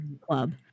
club